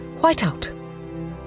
Whiteout